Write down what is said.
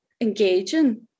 engaging